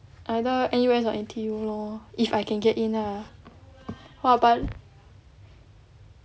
either N_U_S or N_T_U lor if I can get ah oh but